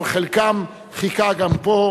אבל חלקם חיכה גם פה,